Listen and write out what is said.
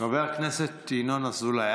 חבר הכנסת ינון אזולאי,